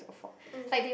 mm